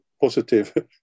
positive